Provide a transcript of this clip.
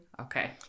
Okay